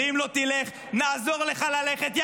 ואם לא תלך נעזור לך ללכת,